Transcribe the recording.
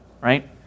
right